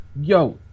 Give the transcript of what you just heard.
Yo